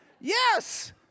Yes